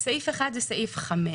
דבר ראשון,